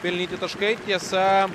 pelnyti taškai tiesa